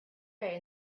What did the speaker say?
day